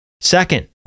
Second